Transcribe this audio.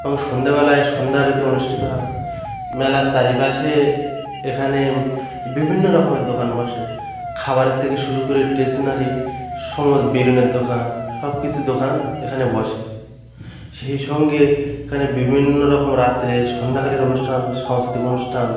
এবং সন্ধেবেলায় সন্ধ্যা আরতি অনুষ্ঠিত হয় মেলার চারপাশে এখানে বিভিন্ন রকমের দোকান বসে খাবারের থেকে শুরু করে স্টেশনারি সমো বেলুনের দোকান সব কিছুর দোকান এখানে বসে সেই সঙ্গে এখানে বিভিন্ন রকম রাত্রে সন্ধ্যাকারের অনুষ্ঠান সাংস্কৃতিক অনুষ্ঠান